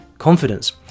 confidence